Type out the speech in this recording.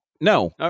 no